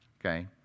Okay